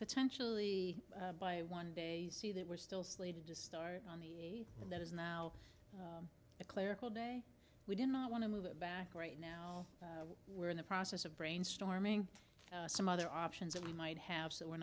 potentially by one day see that we're still slated to start on the one that is now a clerical day we do not want to move it back right now we're in the process of brainstorming some other options that we might have so we're